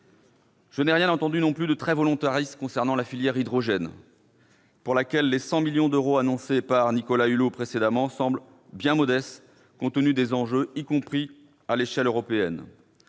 Je n'ai rien entendu non plus de très volontariste concernant la filière hydrogène, pour laquelle les 100 millions d'euros précédemment annoncés par Nicolas Hulot semblent bien modestes compte tenu des enjeux, y compris à l'échelle européenne.